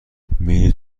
میری